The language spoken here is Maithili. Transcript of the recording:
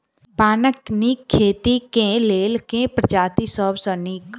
पानक नीक खेती केँ लेल केँ प्रजाति सब सऽ नीक?